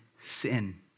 sin